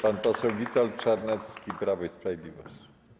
Pan poseł Witold Czarnecki, Prawo i Sprawiedliwość.